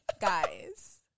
guys